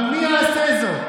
אבל מי יעשה זאת?